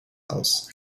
aus